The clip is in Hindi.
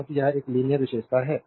क्योंकि यह एक लीनियर विशेषता है